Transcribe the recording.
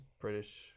British